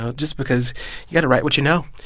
ah just because you got to write what you know.